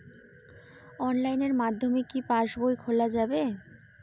অনলাইনের মাধ্যমে কি পাসবই খোলা যাবে?